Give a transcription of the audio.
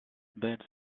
beds